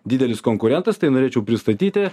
didelis konkurentas tai norėčiau pristatyti